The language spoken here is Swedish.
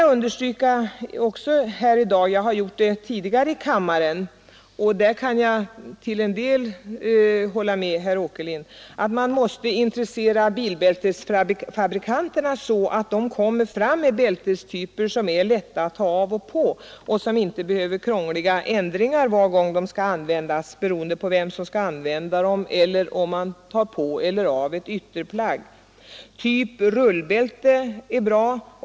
Jag vill emellertid understryka i dag — jag har gjort det tidigare i kammaren, och jag kan på den här punkten till en del hålla med herr Åkerlind — att man också måste intressera bilbältesfabrikanterna för att komma fram med bältestyper som är lätta att ta av och på och som inte behöver krångliga ändringar var gång de skall användas, beroende på vem som skall använda dem eller på om man har på sig ett ytterplagg eller inte.